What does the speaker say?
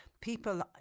people